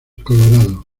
colorado